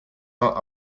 not